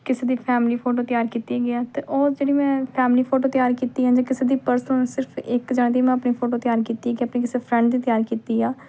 ਕਿਸੇ ਦੀ family photo ਤਿਆਰ ਕੀਤੀ ਹੈਗੀ ਆ ਅਤੇ ਉਹ ਜਿਹੜੀ ਮੈਂ ਫੈਮਲੀ ਫੋਟੋ ਤਿਆਰ ਕੀਤੀ ਹੈ ਜਾਂ ਕਿਸੇ ਦੀ ਪਰਸਨਲ ਸਿਰਫ ਇੱਕ ਜਣੇ ਦੀ ਮੈਂ ਆਪਣੀ ਫੋਟੋ ਤਿਆਰ ਕੀਤੀ ਹੈਗੀ ਆਪਣੀ ਕਿਸੇ ਫਰੈਂਡ ਦੀ ਤਿਆਰ ਕੀਤੀ ਆ